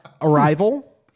Arrival